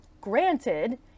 Granted